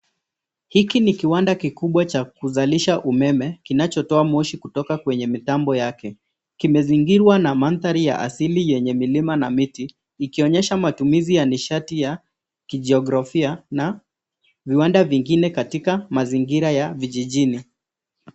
Hiki ni kiwanda kikubwa cha kuzalisha umeme kinachotoa moshi kutoka kwenye mitambo yake. Kimezingirwa na mandhari ya asili yenye milima na miti, ikionyesha matumizi ya nishati ya kijiografia na viwanda vingine katika mazingira ya vijijini.